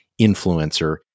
influencer